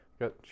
got